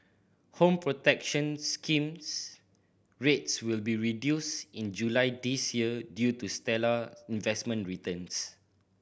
Home Protection Scheme rates will be reduced in July this year due to stellar investment returns